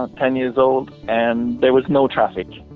ah ten years old and there was no traffic.